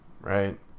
right